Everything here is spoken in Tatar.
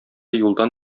юлдан